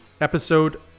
episode